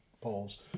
polls